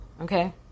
okay